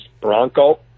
Bronco